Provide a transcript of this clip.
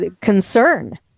concern